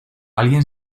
alguien